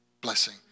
blessing